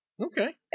Okay